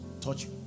touch